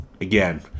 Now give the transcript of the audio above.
again